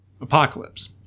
Apocalypse